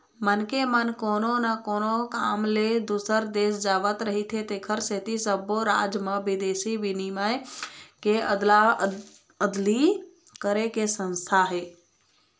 मनखे मन कोनो न कोनो काम ले दूसर देश जावत रहिथे तेखर सेती सब्बो राज म बिदेशी बिनिमय के अदला अदली करे के संस्था हे